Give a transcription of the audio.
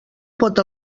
pot